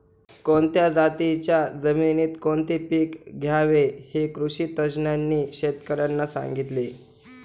कोणत्या जातीच्या जमिनीत कोणते पीक घ्यावे हे कृषी तज्ज्ञांनी शेतकर्यांना सांगितले